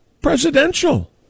presidential